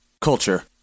Culture